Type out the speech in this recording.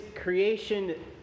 creation